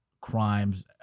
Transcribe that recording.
crimes